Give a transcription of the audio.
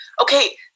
okay